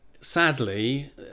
Sadly